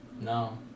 No